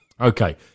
Okay